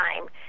time